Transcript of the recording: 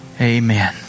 amen